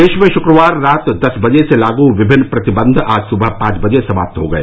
प्रदेश में शुक्रवार रात दस बजे से लागू विभिन्न प्रतिबंध आज सुबह पांच बजे समाप्त हो गए